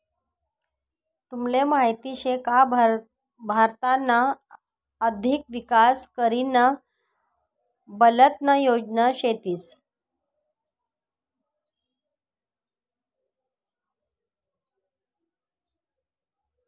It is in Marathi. तुमले माहीत शे का भारतना अधिक विकास करीना बलतना योजना शेतीस